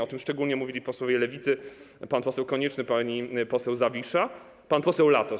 O tym szczególnie mówili posłowie Lewicy, pan poseł Konieczny, pani poseł Zawisza, również pan poseł Latos.